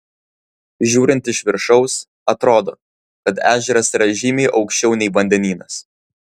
žiūrint iš viršaus atrodo kad ežeras yra žymiai aukščiau nei vandenynas